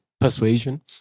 persuasion